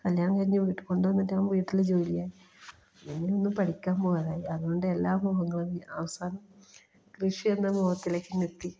കല്യാണം കഴിഞ്ഞു വീട്ടിൽക്കൊണ്ടു വന്നിട്ടാകുമ്പോൾ വീട്ടിൽ ജോലിയായി പിന്നെ ഒന്നും പഠിക്കാൻ പോകാതായി അതുകൊണ്ട് എല്ലാ മോഹങ്ങളും അവസാനം കൃഷിയെന്ന മോഹത്തിലേക്കങ്ങ് എത്തി